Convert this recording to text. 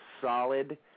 solid